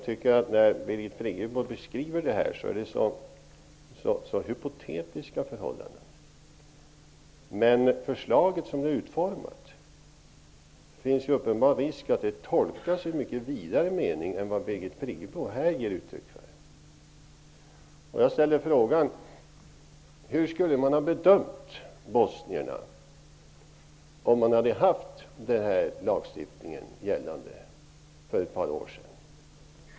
Birgit Friggebo beskriver hypotetiska förhållanden. Som förslaget är utformat finns det en uppenbar risk för att det tolkas i en mycket vidare mening än vad Birgit Friggebo gör. Jag vill fråga hur man skulle ha bedömt bosnierna om lagstiftningen hade varit gällande för ett par år sedan?